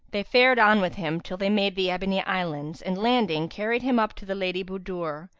they fared on with him, till they made the ebony islands and landing, carried him up to the lady budur,